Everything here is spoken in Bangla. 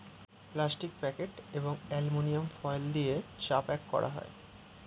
প্লাস্টিক প্যাকেট এবং অ্যালুমিনিয়াম ফয়েল দিয়ে চা প্যাক করা হয়